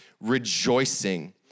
rejoicing